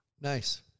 Nice